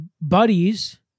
buddies